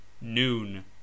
noon